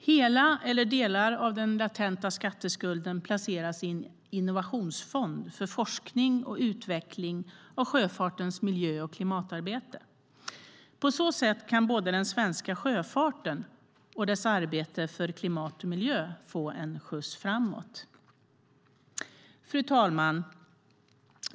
Hela eller delar av den latenta skatteskulden placeras i en innovationsfond för forskning och utveckling av sjöfartens miljö och klimatarbete. På så sätt kan både den svenska sjöfarten och dess arbete för klimat och miljö få en skjuts framåt. Fru talman!